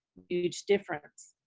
huge difference,